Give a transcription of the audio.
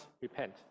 repent